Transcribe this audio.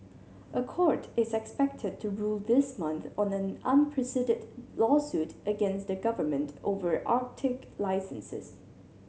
a court is expected to rule this month on an unprecedented lawsuit against the government over Arctic licenses